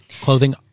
Clothing